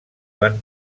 van